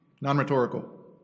Non-rhetorical